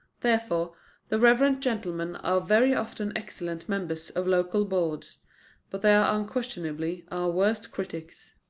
therefore the reverend gentlemen are very often excellent members of local boards but they are unquestionably our worst critics.